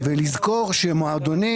לזכור שמועדונים,